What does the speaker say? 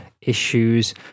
issues